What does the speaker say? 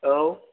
औ